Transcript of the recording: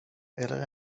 eller